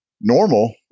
Normal